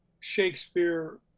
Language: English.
Shakespeare